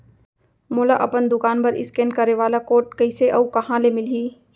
मोला अपन दुकान बर इसकेन करे वाले कोड कइसे अऊ कहाँ ले मिलही?